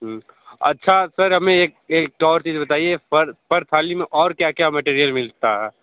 अच्छा सर हमें एक एक और चीज बताइए पर पर थाली में और क्या क्या मटेरिअल मिलता है